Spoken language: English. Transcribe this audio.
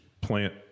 plant